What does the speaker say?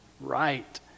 right